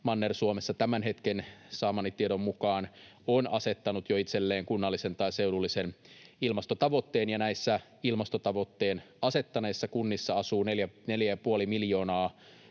Manner-Suomessa tämän hetken saamani tiedon mukaan on asettanut jo itselleen kunnallisen tai seudullisen ilmastotavoitteen, ja näissä ilmastotavoitteen asettaneissa kunnissa asuu 4,5 miljoonaa